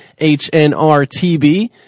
HNRTB